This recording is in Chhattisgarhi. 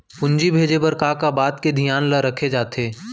पूंजी भेजे बर का का बात के धियान ल रखे जाथे?